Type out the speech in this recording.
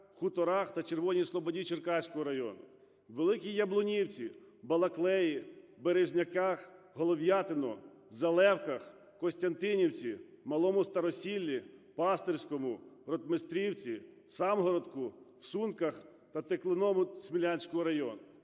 Худяках та Червоній Слободі Черкаського району, в Великій Яблунівці, Балаклеї, Березняках, Голов'ятиному, Залевках, Костянтинівці, Малому Старосіллі, Пастирському, Ротмістрівці, Самгородку, в Сунках та Теклиному Смілянського району.